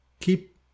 keep